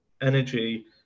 energy